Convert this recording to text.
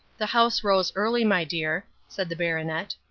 the house rose early, my dear, said the baronet.